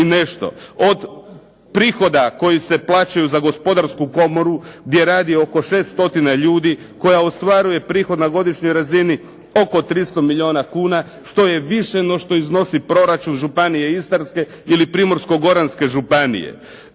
Od prihoda koji se plaćaju za gospodarsku komoru, gdje radi oko 6 stotina ljudi, koja ostvaruje prihod na godišnjoj razini oko 300 milijona kuna, što je više no što iznosi proračun Županije istarske ili Primorsko-goranske županije.